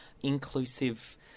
inclusive